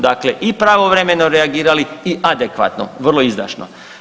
Dakle i pravovremeno reagirali i adekvatno, vrlo izdašno.